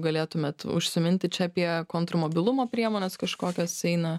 galėtumėt užsiminti čia apie kontrmobilumo priemones kažkokias eina